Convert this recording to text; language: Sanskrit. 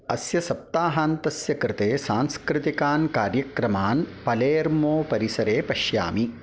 अस्य सप्ताहान्तस्य कृते सांस्कृतिकान् कार्यक्रमान् पलेर्मो परिसरे पश्यामि